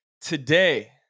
Today